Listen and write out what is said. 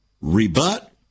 rebut